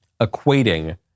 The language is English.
equating